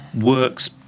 works